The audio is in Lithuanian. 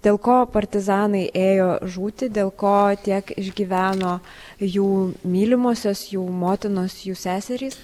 dėl ko partizanai ėjo žūti dėl ko tiek išgyveno jų mylimosios jų motinos jų seserys